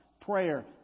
Prayer